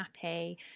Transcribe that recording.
happy